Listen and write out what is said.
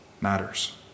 matters